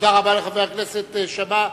תודה רבה לחבר הכנסת שאמה.